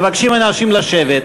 מבקשים מאנשים לשבת.